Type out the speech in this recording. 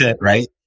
right